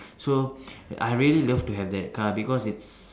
so I really love to have that car because it's